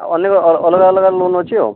ଆ ଅଲଗା ଅଲଗା ଲୋନ ଅଛି ଆଉ